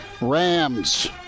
Rams